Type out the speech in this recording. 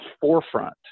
forefront